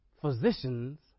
physicians